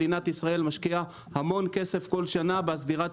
מדינת ישראל משקיעה המון כסף כל שנה בהסדרת